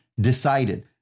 decided